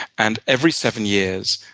and every seven years,